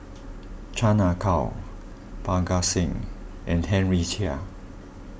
Chan Ah Kow Parga Singh and Henry Chia